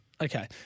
Okay